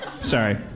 Sorry